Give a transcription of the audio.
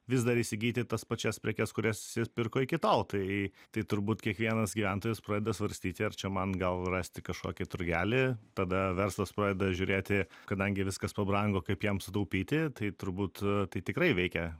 vis dar įsigyti tas pačias prekes kurias jis pirko iki tol tai tai turbūt kiekvienas gyventojas pradeda svarstyti ar čia man gal rasti kažkokį turgelį tada verslas pradeda žiūrėti kadangi viskas pabrango kaip jam sutaupyti tai turbūt tai tikrai veikia